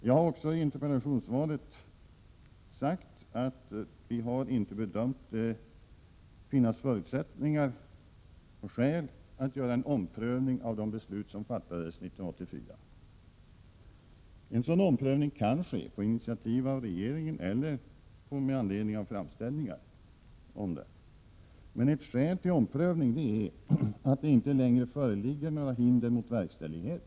Jag har också sagt i interpellationssvaret att vi inte har bedömt att det finns förutsättningar och skäl att göra en omprövning av de beslut som fattades 1984. En sådan omprövning kan ske på initiativ av regeringen eller med anledning av framställningar härom. Men ett skäl till omprövning är att det inte längre föreligger några hinder mot verkställighet.